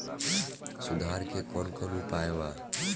सुधार के कौन कौन उपाय वा?